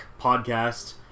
podcast